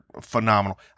phenomenal